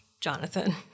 Jonathan